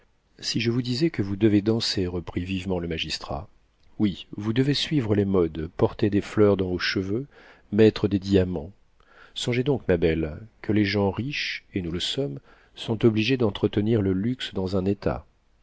si je vous disais que vous devez danser reprit vivement le magistrat oui vous devez suivre les modes porter des fleurs dans vos cheveux mettre des diamants songez donc ma belle que les gens riches et nous le sommes sont obligés d'entretenir le luxe dans un état